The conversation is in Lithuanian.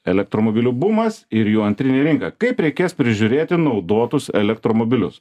elektromobilių bumas ir jų antrinė rinka kaip reikės prižiūrėti naudotus elektromobilius